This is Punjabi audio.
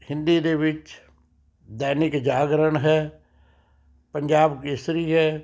ਹਿੰਦੀ ਦੇ ਵਿੱਚ ਦੈਨਿਕ ਜਾਗਰਣ ਹੈ ਪੰਜਾਬ ਕੇਸਰੀ ਹੈ